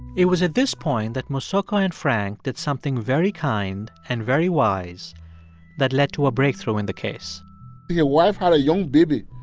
it was at this point that mosoka and frank did something very kind and very wise that led to a breakthrough in the case the wife had a young baby.